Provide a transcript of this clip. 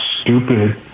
stupid